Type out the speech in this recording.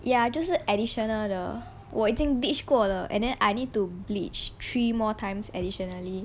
ya 就是 additional 的我已经 bleach 过的 and then I need to bleach three more times additionally